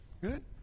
Good